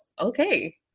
Okay